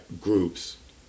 groups